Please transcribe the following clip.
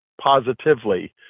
positively